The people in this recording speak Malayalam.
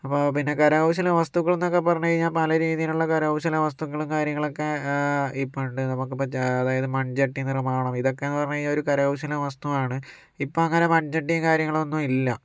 അപ്പം പിന്നെ കരകൗശല വസ്തുക്കൾ എന്നൊക്കെ പറഞ്ഞ് കഴിഞ്ഞാൽ പല രീതിലുള്ള കരകൗശല വസ്തുക്കലും കാര്യങ്ങളൊക്കെ ഇപ്പമുണ്ട് നമുക്കിപ്പം അതായത് ഇപ്പം മൺചട്ടി നിർമ്മാണം ഇതക്കേന്ന് പറഞ്ഞ് കഴിഞ്ഞാൽ ഒരു കരകൗശല വസ്തുവാണ് ഇപ്പം അങ്ങനെ മൺചട്ടിയും കാര്യങ്ങളൊന്നും ഇല്ല